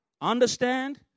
understand